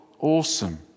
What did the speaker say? awesome